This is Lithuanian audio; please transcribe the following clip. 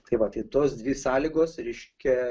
tai va tai tos dvi sąlygos reiškia